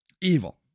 Evil